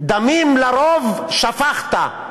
דמים לרוב שפכת,